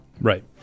Right